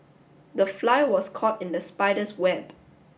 the fly was caught in the spider's web